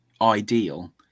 ideal